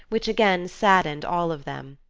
which again saddened all of them.